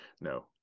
no